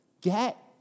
Get